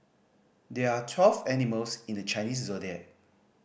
there are twelve animals in the Chinese Zodiac